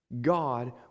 god